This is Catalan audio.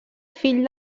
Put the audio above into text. fill